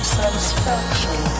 satisfaction